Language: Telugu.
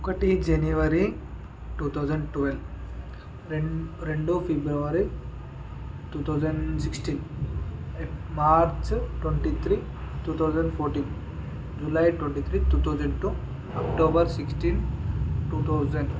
ఒకటి జనవరి టూ థౌసండ్ ట్వల్ రెన్ రెండు February thousand sixteen March twenty three two thousand fourteen July twenty three two thousand October sixteen two thousand